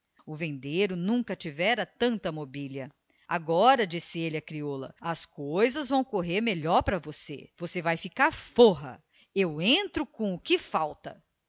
o vendeiro nunca tivera tanta mobília agora disse ele à crioula as coisas vão correr melhor para você você vai ficar forra eu entro com o que falta